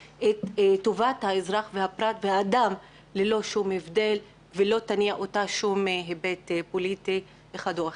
טובת האזרח והפרט ללא שום הבדל של היבט פוליטי זה או אחר.